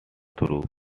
through